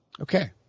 okay